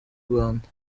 rwanda